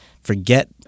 forget